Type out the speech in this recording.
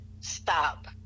stop